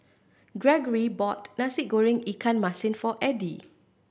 Greggory bought Nasi Goreng ikan masin for Eddie